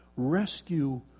Rescue